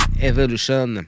Evolution